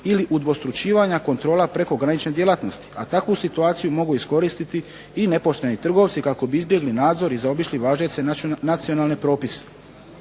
ili udvostručivanja kontrola prekogranične djelatnosti, a takvu situaciju mogu iskoristiti i nepošteni trgovci kako bi izbjegli nadzor i zaobišli važeće nacionalne propise.